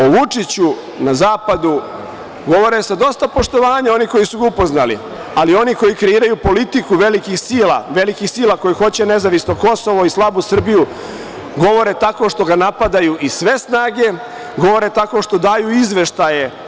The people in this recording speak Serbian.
O Vučiću na zapadu govore sa dosta poštovanja oni koji su ga upoznali, ali i oni koji kreiraju politiku velikih sila, velikih sila koji hoće nezavisno Kosovo i slabu Srbiju, govore tako što ga napadaju iz sve snage, govore tako što daju izveštaje.